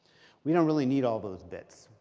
we don't really need all those bits.